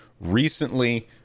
recently